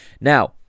Now